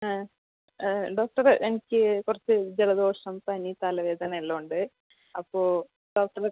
ആ ഡോക്ടറെ എനിക്ക് കുറച്ച് ജലദോഷം പനി തലവേദന എല്ലാം ഉണ്ട് അപ്പോൾ ഡോക്ടറ്